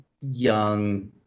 young